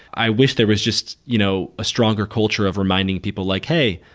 i wish there was just you know a stronger culture of reminding people like, hey,